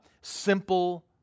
simple